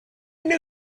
new